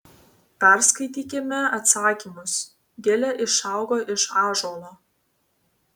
perskaitykime atsakymus gilė išaugo iš ąžuolo